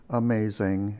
amazing